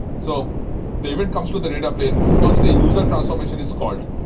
so they event comes to the data plane. first, a user transformation is called,